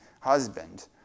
husband